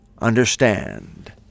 understand